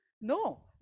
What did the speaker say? No